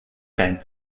deinen